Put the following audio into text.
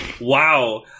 wow